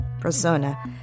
persona